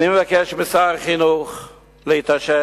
אני מבקש משר החינוך להתעשת,